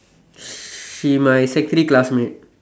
she my sec three classmate